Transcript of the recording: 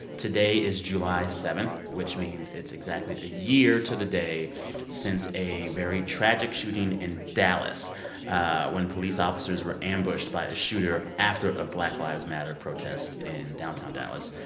today is july seven which means it's exactly a year to the day since a very tragic shooting in dallas ah when police officers were ambushed by a shooter after a black lives matter protest in downtown dallas.